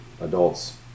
adults